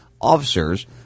officers